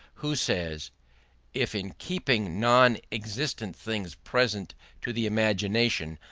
who says if, in keeping non-existent things present to the imagination,